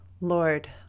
Lord